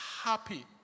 happy